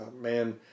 man